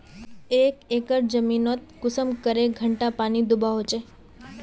एक एकर जमीन नोत कुंसम करे घंटा पानी दुबा होचए?